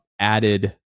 added